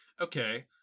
Okay